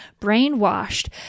brainwashed